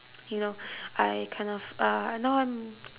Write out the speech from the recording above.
you know I kind of uh now I'm